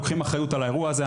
לוקחים אחריות על האירוע הזה.